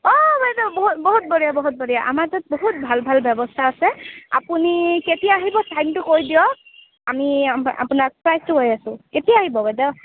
অঁ বাইদেউ বহুত বহুত বঢ়িয়া বহুত বঢ়িয়া আমাৰ তাত বহুত ভাল ভাল ব্যৱস্থা আছে আপুনি কেতিয়া আহিব টাইমটো কৈ দিয়ক আমি আপো আপোনাক প্ৰাইচটো কৈ আছোঁ কেতিয়া আহিব বাইদেউ